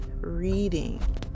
reading